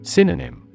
Synonym